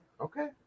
okay